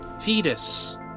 fetus